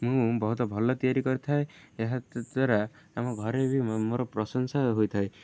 ମୁଁ ବହୁତ ଭଲ ତିଆରି କରିଥାଏ ଏହା ଦ୍ଵାରା ଆମ ଘରେ ବି ମୋର ପ୍ରଶଂସା ହୋଇଥାଏ